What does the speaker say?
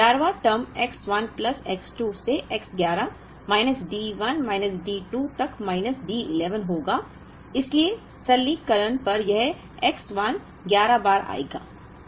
तो 11 वां term X 1 plus X 2 से X 11 minus D 1 minus D 2 तक माइनस D 11 होगा इसलिए सरलीकरण पर यह X 1 11 बार आएगा